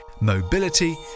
Mobility